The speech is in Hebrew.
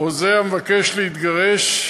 או זה המבקש להתגרש,